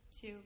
Two